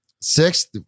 Six